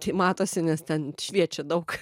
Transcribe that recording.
tai matosi nes ten šviečia daug